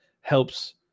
helps